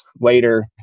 later